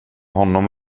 honom